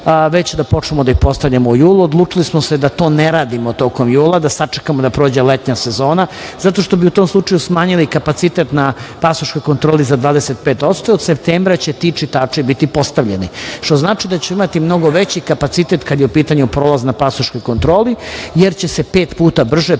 već da počnemo da ih postavljamo u julu. Odlučili smo se da to ne radimo tokom jula, da sačekamo da prođe letnja sezona, zato što bi u tom slučaju smanjili kapacitet na pasoškoj kontroli za 25% i od septembra će ti čitači biti postavljeni, što znači da ćemo imati mnogo veći kapacitet kada je u pitanju prolaz na pasoškoj kontroli jer će se pet puta brže